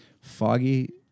Foggy